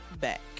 back